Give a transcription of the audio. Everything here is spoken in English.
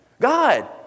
God